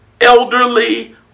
elderly